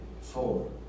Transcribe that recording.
four